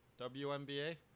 WNBA